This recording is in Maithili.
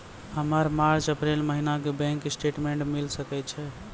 हमर मार्च अप्रैल महीना के बैंक स्टेटमेंट मिले सकय छै?